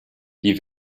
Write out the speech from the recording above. die